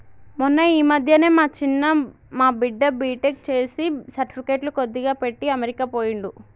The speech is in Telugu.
మొన్న ఈ మధ్యనే మా చిన్న మా బిడ్డ బీటెక్ చేసి సర్టిఫికెట్లు కొద్దిగా పెట్టి అమెరికా పోయిండు